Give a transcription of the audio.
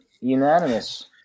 unanimous